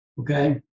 okay